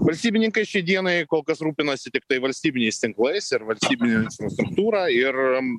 valstybininkai šiai dienai kol kas rūpinasi tiktai valstybiniais tinklais ir valstybinėmis struktūra ir